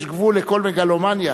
יש גבול לכל מגלומניה.